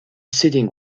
sitting